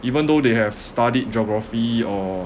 even though they have studied geography or